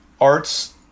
Art's –